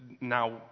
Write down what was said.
now